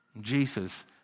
Jesus